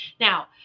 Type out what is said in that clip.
now